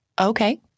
okay